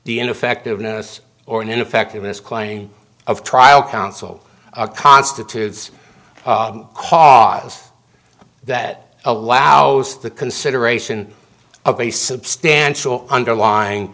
the ineffectiveness or ineffectiveness claim of trial counsel constitutes cause that allows the consideration of a substantial underlying